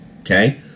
Okay